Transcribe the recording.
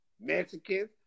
Mexicans